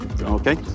okay